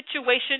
situation